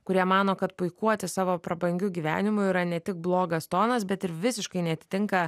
kurie mano kad puikuotis savo prabangiu gyvenimu yra ne tik blogas tonas bet ir visiškai neatitinka